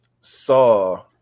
saw